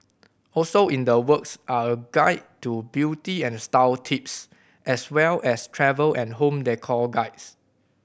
also in the works are a guide to beauty and style tips as well as travel and home decor guides